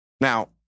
Now